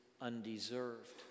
undeserved